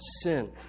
sin